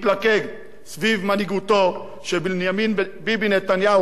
להתלכד סביב מנהיגותו של בנימין ביבי נתניהו,